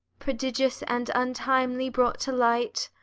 prodigious, and untimely brought to light,